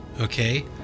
okay